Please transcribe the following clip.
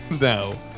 No